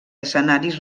escenaris